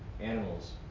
animals